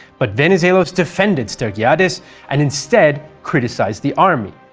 but venizelos defended stergiadis and instead criticized the army,